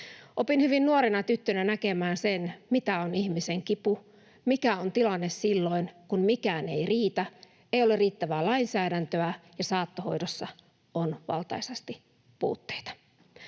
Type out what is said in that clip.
Opin hyvin nuorena tyttönä näkemään sen, mitä on ihmisen kipu, mikä on tilanne silloin, kun mikään ei riitä, ei ole riittävää lainsäädäntöä ja saattohoidossa on valtaisasti puutteita.